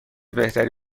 بهتری